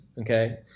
Okay